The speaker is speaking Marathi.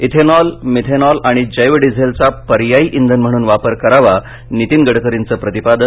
इथेनॉल मिथेनॉल आणि जेव डिझेलचा पर्यायी इंधन म्हणून वापर करावा नितीन गडकरींचं प्रतिपादन